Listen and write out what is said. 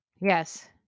yes